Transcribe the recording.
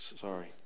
sorry